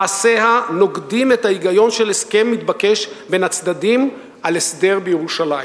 מעשיה נוגדים את ההיגיון של הסכם מתבקש בין הצדדים על הסדר בירושלים.